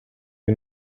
you